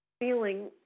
Feeling